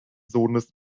sohnes